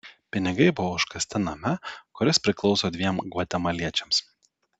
pinigai buvo užkasti name kuris priklauso dviem gvatemaliečiams